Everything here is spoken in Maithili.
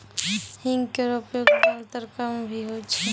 हींग केरो उपयोग दाल, तड़का म भी होय छै